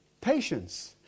patience